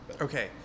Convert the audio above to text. Okay